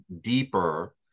deeper